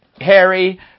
Harry